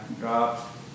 drop